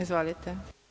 Izvolite.